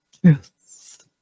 truth